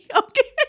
okay